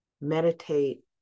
meditate